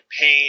pain